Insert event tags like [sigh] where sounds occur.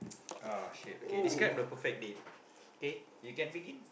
[noise] oh shit okay describe the perfect date k you can begin